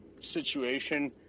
situation